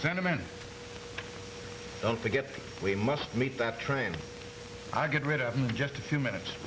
sentiment don't forget we must meet that train i get rid of just a few minutes